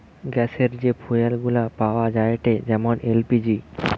গ্যাসের যে ফুয়েল গুলা পাওয়া যায়েটে যেমন এল.পি.জি